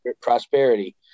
prosperity